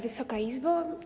Wysoka Izbo!